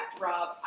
Rob